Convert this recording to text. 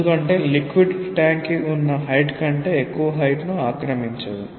ఎందుకంటే liquid tank కి ఉన్న హైట్ కంటే ఎక్కువ హైట్ ను ఆక్రమించదు